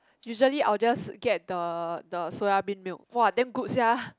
usually I will just get the the soya bean milk !wah! damn good sia